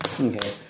Okay